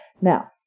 Now